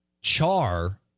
Char